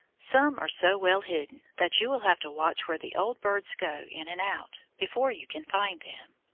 some are so well hidden, that you will have to watch where the old birds go in and out, before you can find them.